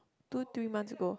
two three months ago